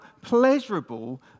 pleasurable